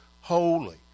holy